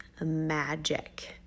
magic